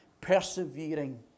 persevering